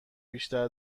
بیشتر